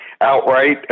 outright